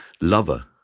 lover